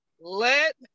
Let